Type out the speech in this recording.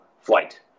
flight